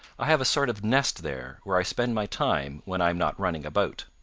i have a sort of nest there where i spend my time when i am not running about.